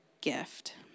gift